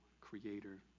creator